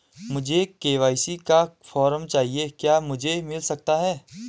मुझे के.वाई.सी का फॉर्म चाहिए क्या मुझे मिल सकता है?